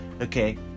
Okay